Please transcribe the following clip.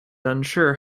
unsure